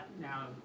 now